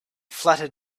fluttered